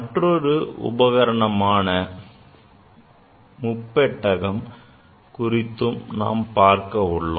மற்றொரு முக்கிய உபகரணமான முப்பட்டகம் குறித்தும் பார்க்க உள்ளோம்